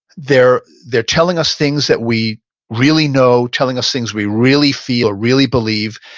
they're they're telling us things that we really know, telling us things we really feel or really believe,